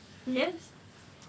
yes